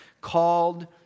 Called